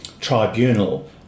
tribunal